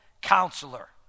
counselor